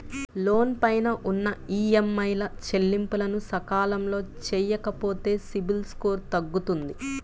లోను పైన ఉన్న ఈఎంఐల చెల్లింపులను సకాలంలో చెయ్యకపోతే సిబిల్ స్కోరు తగ్గుతుంది